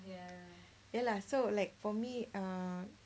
ya lah so like for me uh